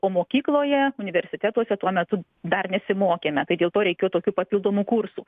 o mokykloje universitetuose tuo metu dar nesimokėme tai dėl to reikėjo tokių papildomų kursų